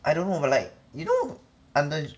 I don't know but like you know under